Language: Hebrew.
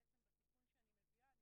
בעצם בתיקון שאני מביאה,